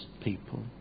people